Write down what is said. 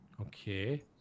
Okay